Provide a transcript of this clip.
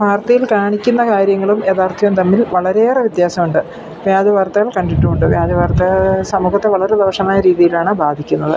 വാർത്തയിൽ കാണിക്കുന്ന കാര്യങ്ങളും യഥാർത്ഥ്യവും തമ്മിൽ വളരെയേറെ വ്യത്യാസമുണ്ട് വ്യാജ വാർത്തകൾ കണ്ടിട്ടുണ്ട് വ്യാജ വാർത്തകൾ സമൂഹത്തെ വളരെ ദോഷമായ രീതിയിലാണ് ബാധിക്കുന്നത്